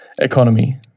Economy